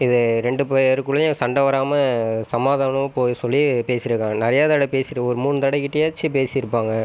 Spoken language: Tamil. இது ரெண்டு பேருக்குள்ளேயும் சண்டை வராமல் சமாதானமாக போக சொல்லி பேசியிருக்காங்க நிறையா தடவை பேசி ஒரு மூணு தடவை கிட்டேயாச்சும் பேசியிருப்பாங்க